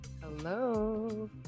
Hello